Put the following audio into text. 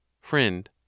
Friend